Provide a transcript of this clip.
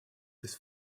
this